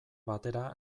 batera